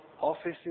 offices